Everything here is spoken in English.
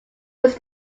was